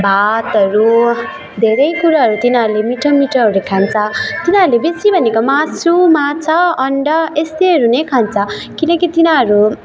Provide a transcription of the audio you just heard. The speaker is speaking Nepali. भातहरू धेरै कुराहरू तिनीहरूले मिठो मिठोहरू खान्छ तिनीहरूले बेसी भनेको मासु माछा अन्डा यस्तैहरू नै खान्छ किनकि तिनीहरू